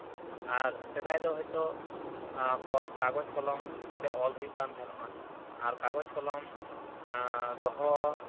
ᱟᱨ ᱥᱮᱫᱟᱭ ᱫᱚ ᱦᱳᱭ ᱛᱚ ᱠᱟᱜᱚᱡᱽ ᱠᱚᱞᱚᱢ ᱛᱮ ᱚᱞ ᱦᱩᱭᱩᱜ ᱠᱟᱱ ᱛᱟᱦᱮᱱᱚᱜᱼᱟ ᱟᱨ ᱠᱟᱜᱚᱡᱽ ᱠᱚᱞᱚᱢ ᱫᱚᱦᱚ